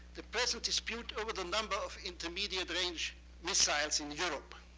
the present dispute over the number of intermediate range missiles in europe.